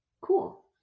Cool